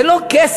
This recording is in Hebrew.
זה לא כסף.